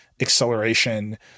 acceleration